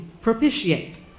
Propitiate